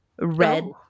Red